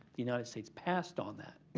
the united states passed on that,